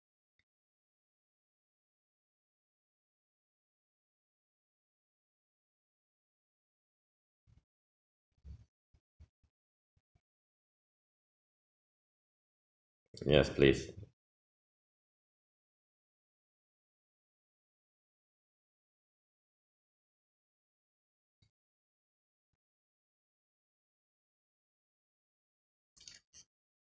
yes please